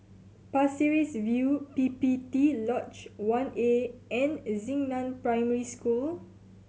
Pasir Ris View P P T Lodge One A and Xingnan Primary School